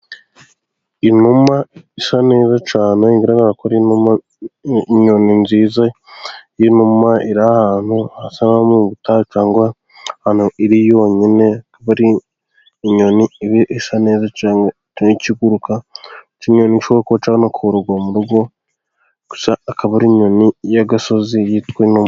Inuma isa neza cyane igaragara kuri inyoni nziza. Inuma iri ahantu hasa no mu butayu cyangwa iri yonyine. Inyoni iba isa neza cyane n'ikiguruka ,ushobora kuba yakororerwa mu rugo gusa akaba ari inyoni y'agasozi yitwa inuma.